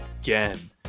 again